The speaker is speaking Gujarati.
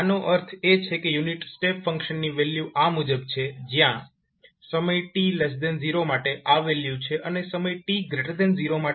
આનો અર્થ એ છે કે યુનિટ સ્ટેપ ફંક્શનની વેલ્યુ આ મુજબ છે જ્યા સમય t0 માટે આ વેલ્યુ છે અને સમય t0 માટે 0 છે